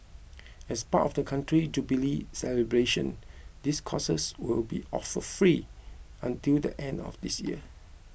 as part of the country's Jubilee celebrations these courses will be offered free until the end of this year